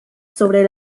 sobre